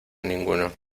ninguno